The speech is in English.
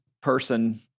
person